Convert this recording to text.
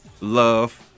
Love